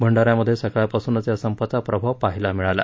भंडाऱ्यामध्ये सकाळपासुनच या संपाचा प्रभाव पाहायला मिळाला